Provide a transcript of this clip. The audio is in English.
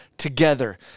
Together